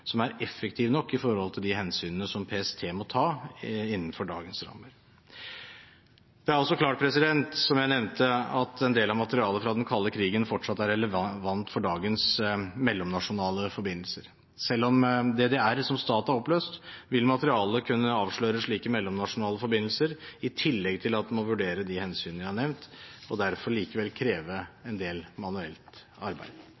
som er effektiv nok, med tanke på de hensynene som PST må ta, innenfor dagens rammer. Det er også klart, som jeg nevnte, at en del av materialet fra den kalde krigen fortsatt er relevant for dagens mellomnasjonale forbindelser. Selv om DDR som stat er oppløst, vil materialet kunne avsløre slike mellomnasjonale forbindelser – i tillegg til at en må vurdere de hensynene jeg har nevnt – og derfor likevel kreve en del manuelt arbeid.